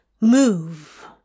Move